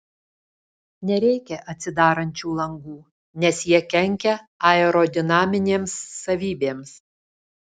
nereikia atsidarančių langų nes jie kenkia aerodinaminėms savybėms